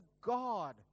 God